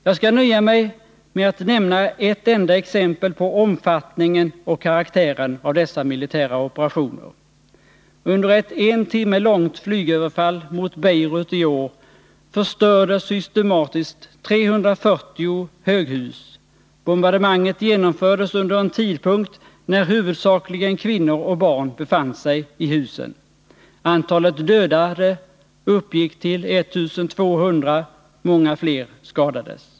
Jag skall nöja mig med att nämna ett enda exempel på omfattningen och karaktären av dessa militära operationer. Under ett en timme långt flygöverfall mot Beirut i år förstördes systematiskt 340 höghus. Bombardemanget genomfördes under en tidpunkt när huvudsakligen kvinnor och barn befann sig i husen. Antalet dödade uppgick till 1200, och många fler skadades.